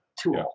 Tool